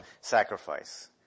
sacrifice